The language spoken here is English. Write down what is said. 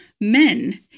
men